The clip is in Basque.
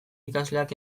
ikasleak